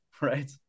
Right